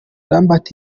lambert